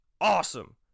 awesome